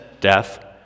death